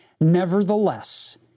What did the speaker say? Nevertheless